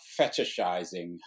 fetishizing